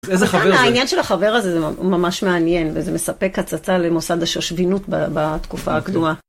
מה העניין של החבר הזה זה ממש מעניין, וזה מספק הצצה למוסד השושבינות בתקופה הקדומה.